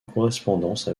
correspondance